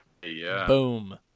Boom